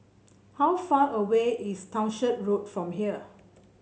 how far away is Townshend Road from here